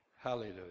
Hallelujah